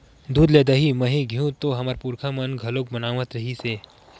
दूद ले दही, मही, घींव तो हमर पुरखा मन ह घलोक बनावत रिहिस हे